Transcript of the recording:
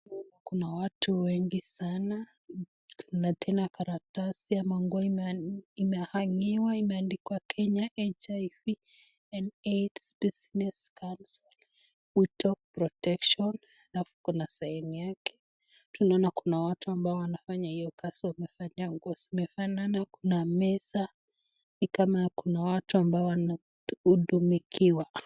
Kuna watu wengi sana. Na tena karatasi ama nguo imeangikwa imeandikwa Kenya HIV and AIDS Business Council. We talk protection , na kuna sign yake. Tunaona kuna watu ambao wanafanya hiyo kazi wamefanya nguo zimefanana, kuna meza ni kama kuna watu ambao wanahudumikiwa.